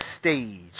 stage